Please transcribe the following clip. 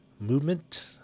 Movement